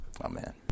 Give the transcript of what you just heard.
Amen